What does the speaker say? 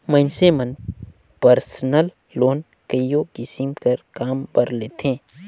मइनसे मन personal loan कइयो किसिम कर काम बर लेथें